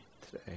today